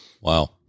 wow